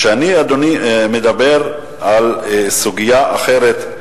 אני מדבר, אדוני, על סוגיה אחרת,